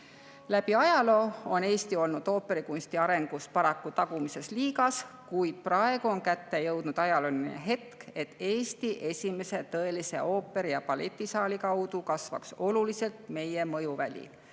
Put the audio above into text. Läbi ajaloo on Eesti olnud ooperikunsti arengus paraku "tagumises liigas"[,] kuid praegu on kätte jõudnud ajalooline hetk, et Eesti esimese tõelise ooperi- ja balletisaali kaudu kasvaks oluliselt meie mõjuväli,